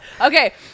Okay